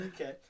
Okay